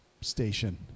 station